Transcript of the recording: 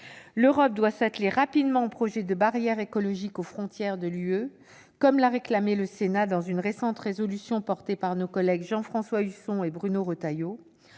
L'Europe doit s'atteler rapidement au projet de barrière écologique aux frontières de l'Union européenne, comme l'a réclamé le Sénat dans une récente résolution soutenue par nos collègues Jean-François Husson et Bruno Retailleau.